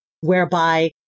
whereby